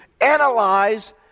analyze